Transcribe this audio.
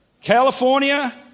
California